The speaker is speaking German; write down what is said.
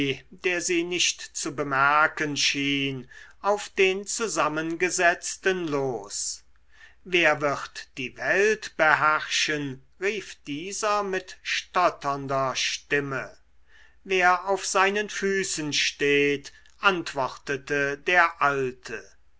der sie nicht zu bemerken schien auf den zusammengesetzten los wer wird die welt beherrschen rief dieser mit stotternder stimme wer auf seinen füßen steht antwortete der alte